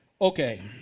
Okay